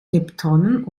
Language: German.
leptonen